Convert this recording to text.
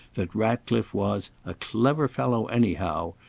that ratcliffe was a clever fellow anyhow,